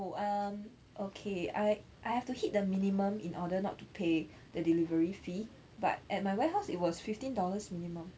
no um okay I I have to hit the minimum in order not to pay the delivery fee but at my warehouse it was fifteen dollars minimum